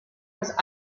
was